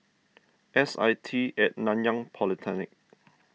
S I T at Nanyang Polytechnic